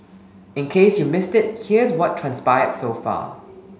in case you missed it here's what transpired so far